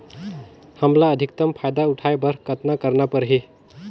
हमला अधिकतम फायदा उठाय बर कतना करना परही?